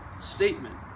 statement